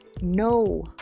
No